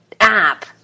app